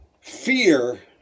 fear